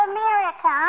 America